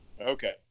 Okay